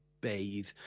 bathe